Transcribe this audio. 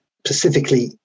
specifically